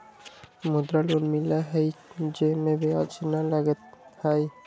मुद्रा लोन मिलहई जे में ब्याज न लगहई?